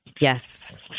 Yes